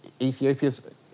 Ethiopia's